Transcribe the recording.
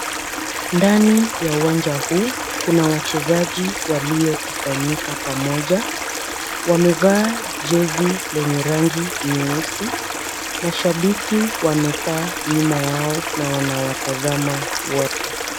Ndani ya uwanja huu kuna wachezaji waliokusanyika pamoja. Wamevaa jezi lenye rangi nyeusi. Mashabiki wamekaa nyuma yao na wanawatazama wote.